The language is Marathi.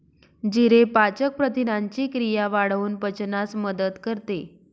जिरे पाचक प्रथिनांची क्रिया वाढवून पचनास मदत करते